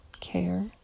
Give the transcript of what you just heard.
care